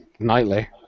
Nightly